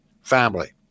family